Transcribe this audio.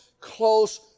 close